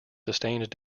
sustained